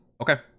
okay